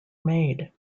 made